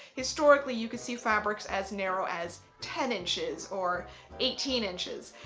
historically, you can see fabrics as narrow as ten inches or eighteen inches.